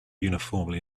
uniformly